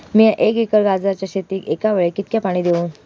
मीया एक एकर गाजराच्या शेतीक एका वेळेक कितक्या पाणी देव?